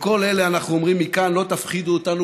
לכל אלה אנחנו אומרים מכאן: לא תפחידו אותנו.